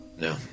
No